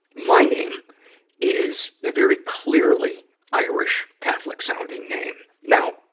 my name is a very clearly irish catholic-sounding name. now,